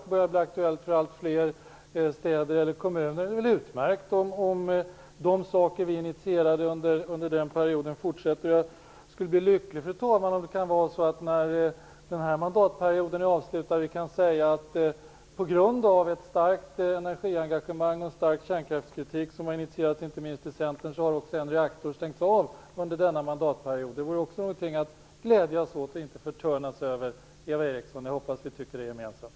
Det börjar bli aktuellt för allt fler städer eller kommuner. Det är väl utmärkt om de saker vi initierade under den perioden fortsätter. Jag skulle bli lycklig, fru talman, om vi när denna mandatperiod är avslutad kan säga att en reaktor har stängts av på grund av ett starkt energiengagemang och en stark kärnkraftspolitik som har initierats inte minst i Centern. Det vore också någonting att glädjas åt i stället för att förtörnas, Eva Eriksson. Jag hoppas att vi tycker det gemensamt.